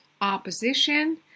opposition